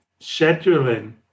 scheduling